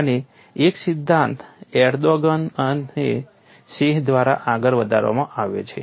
અને એક સિદ્ધાંત એર્દોગન અને સિહ દ્વારા આગળ વધારવામાં આવ્યો છે